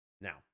Now